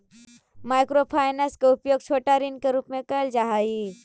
micro finance के उपयोग छोटा ऋण के रूप में कैल जा हई